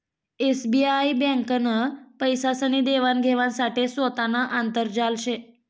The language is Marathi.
एसबीआई ब्यांकनं पैसासनी देवान घेवाण साठे सोतानं आंतरजाल शे